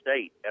State